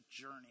journey